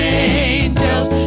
angels